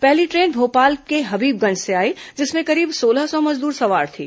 पहली ट्रेन भोपाल के हबीबगंज से आई जिसमें करीब सोलह सौ मजदूर सवार थे